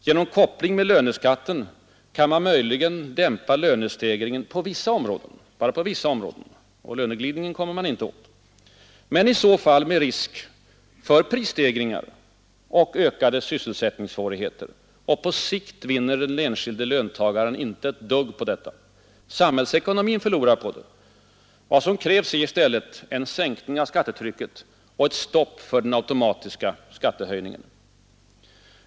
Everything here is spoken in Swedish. Genom koppling med löneskatten kan man möjligen dämpa lönestegringen på v områden — men bara vissa områden, och löneglidningen kommer man inte åt — men med risk i så fall för prisstegringar och ökade sysselsättningssvårigheter. Och på sikt vinner den enskilde löntagaren inte ett dugg på det. Samhällsekonomin förlorar på det. Vad som krävs är i stället en sänkning av skattetrycket och ett stopp för den automatiska skattehöjningen.